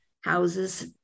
houses